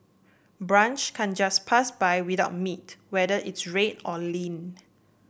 brunch can't just pass by without meat whether it's red or lean